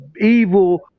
evil